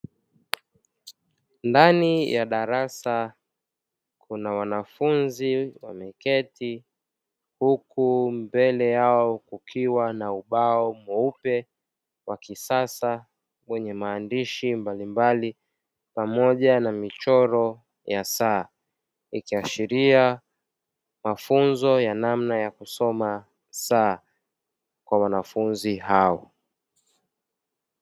Ndani ya darasa kuna wanafunzi wameketi huku mbele yao kukiwa na ubao mweupe wa kisasa wenye maandishi mbalimbali, pamoja na michoro ya saa ikiashiria mafunzo ya namna ya kusoma saa kwa wanafunzi hao.